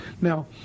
Now